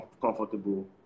comfortable